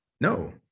No